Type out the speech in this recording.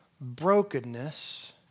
brokenness